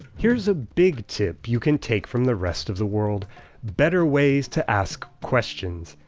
here's a big tip you can take from the rest of the world better ways to ask questions.